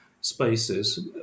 spaces